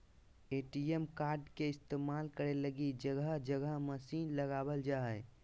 ATM card के इस्तेमाल करे लगी जगह जगह मशीन लगाबल जा हइ